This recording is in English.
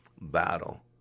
battle